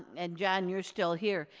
and john you're still here.